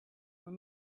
were